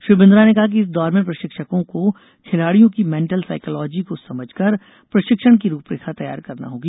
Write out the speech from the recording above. श्री बिन्द्रा ने कहा कि इस दौर में प्रशिक्षकों को खिलाड़ियों की मेंटल साइकॉलाजी को समझकर प्रशिक्षण की रूपरेखा तैयार करना होगी